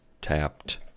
tapped